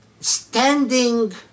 standing